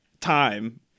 time